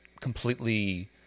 completely